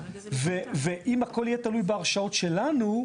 ואם הכול יהיה תלוי בהרשאות שלנו,